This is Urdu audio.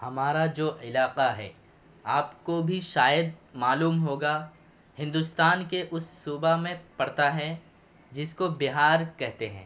ہمارا جو علاقہ ہے آپ کو بھی شاید معلوم ہوگا ہندوستان کے اس صوبہ میں پڑتا ہے جس کو بہار کہتے ہیں